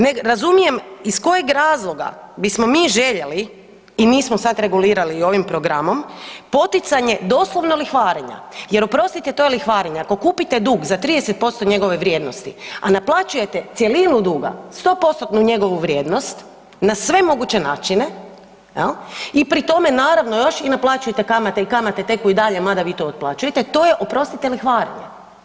Ne razumijem iz kojeg razloga bismo mi željeli i mi smo sad regulirali i ovim programom, poticanje doslovno lihvarenja jer oprostite, to je lihvarenje, ako kupite dug za 30% njegove vrijednosti a naplaćujete cjelinu duga, 100%-tnu njegovu vrijednost na svemoguće načine, jel, i pri tome naravno još i naplaćujete kamate i kamate teku i dalje mada vi to otplaćujete, to je oprostite, lihvarenje.